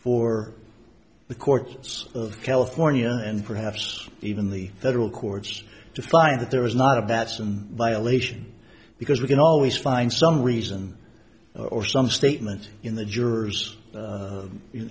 for the courts of california and perhaps even the federal courts to find that there is not a badge and violation because we can always find some reason or some statement in the jurors